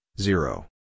zero